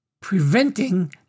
preventing